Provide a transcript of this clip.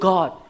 God